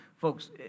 folks